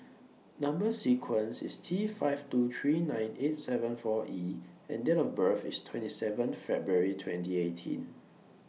Number sequence IS T five two three nine eight seven four E and Date of birth IS twenty seven February twenty eighteen